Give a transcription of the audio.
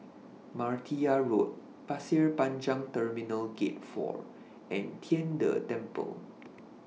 Martia Road Pasir Panjang Terminal Gate four and Tian De Temple